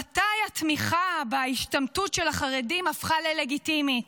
מתי התמיכה בהשתמטות של החרדים הפכה ללגיטימית?